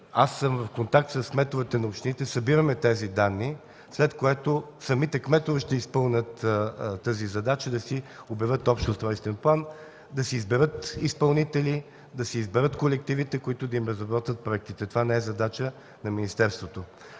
Аз съм в контакт с кметовете на общините, събираме тези данни. След това самите кметове ще изпълнят тази задача – да си обявяват общия устройствен план, да си изберат изпълнители, да си изберат колективите, които да им разработят проектите. Това не е задача на министерството.